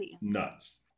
nuts